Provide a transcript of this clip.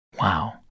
Wow